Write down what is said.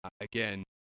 again